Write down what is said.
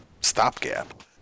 stopgap